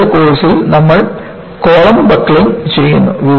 ആദ്യ ലെവൽ കോഴ്സിൽ നമ്മൾ കോളം ബക്ക്ലിംഗ് ചെയ്യുന്നു